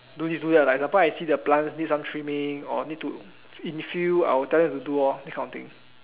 do this do that like example I see the plant need some trimming or need to in fill I will tell them to do all this kind of thing